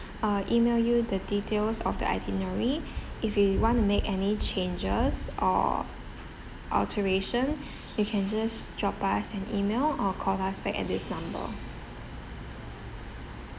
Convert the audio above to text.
uh email you the details of the itinerary if you want to make any changes or alteration you can just drop us an email or call us back at this number